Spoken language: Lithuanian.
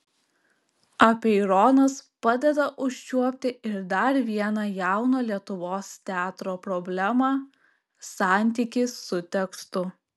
apeironas padeda užčiuopti ir dar vieną jauno lietuvos teatro problemą santykį su tekstu